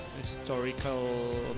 historical